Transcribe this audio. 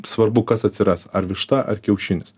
svarbu kas atsiras ar višta ar kiaušinis